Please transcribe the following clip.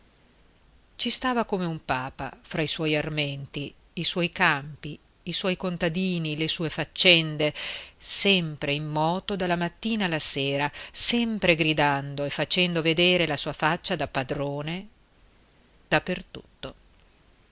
ci stava come un papa fra i suoi armenti i suoi campi i suoi contadini le sue faccende sempre in moto dalla mattina alla sera sempre gridando e facendo vedere la sua faccia da padrone